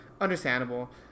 understandable